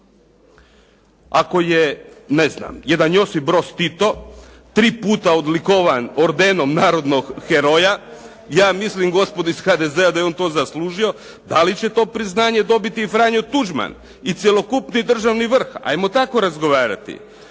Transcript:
Ako je jedan Josip Broz Tito tri puta odlikovan ordenom "narodnog heroja" ja mislim gospodo iz HDZ-a da je on to zaslužio. Da li će to priznanje dobiti i Franjo Tuđman i cjelokupni državni vrh, ajmo tako razgovarati.